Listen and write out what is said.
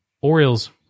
Orioles